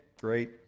great